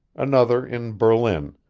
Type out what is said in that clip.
another in berlin,